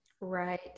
Right